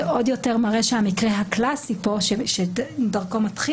זה עוד יותר מראה שהמקרה הקלאסי כאן שדרכו מתחיל